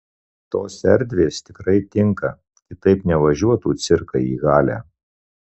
tos erdvės tikrai tinka kitaip nevažiuotų cirkai į halę